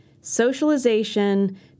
Socialization